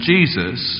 Jesus